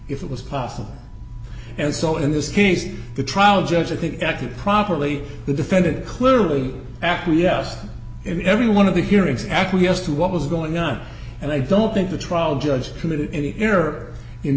if it was possible and so in this case the trial judge i think acted properly the defendant clearly acquiesced in every one of the hearings acquiesced to what was going on and i don't think the trial judge committed any error in